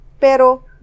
pero